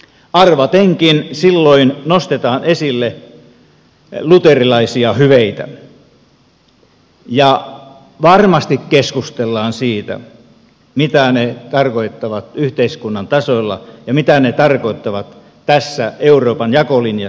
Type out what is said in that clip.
arvatenkin silloin nostetaan esille luterilaisia hyveitä ja varmasti keskustellaan siitä mitä ne tarkoittavat yhteiskunnan tasolla ja mitä ne tarkoittavat tässä euroopan jakolinjassa